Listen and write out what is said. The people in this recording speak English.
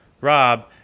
Rob